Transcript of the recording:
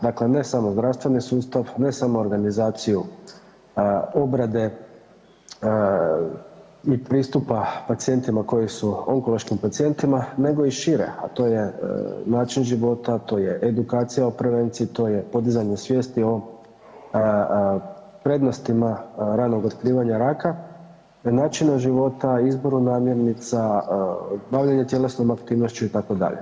Dakle, ne samo zdravstveni sustav, ne samo organizaciju obrade i pristupa pacijentima koji su onkološkim pacijentima, nego i šire a to je način života, to je edukacija o prevenciji, to je podizanje svijesti o prednostima ranog otkrivanja raka, načina života, izboru namirnica, bavljenje tjelesnom aktivnošću itd.